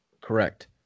correct